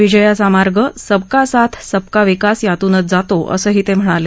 विजयाचा मार्ग सबका साथ सबका विकास यातूनच जातो असंही ते म्हणाले